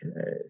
Okay